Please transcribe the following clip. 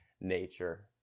nature